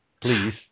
Please